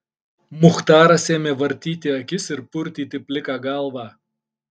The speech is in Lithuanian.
muchtaras ėmė vartyti akis ir purtyti pliką galvą